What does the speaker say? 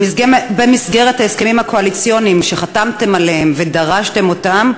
במסגרת ההסכמים הקואליציוניים שחתמתם עליהם ודרשתם אותם,